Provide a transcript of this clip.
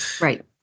Right